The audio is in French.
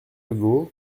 hugo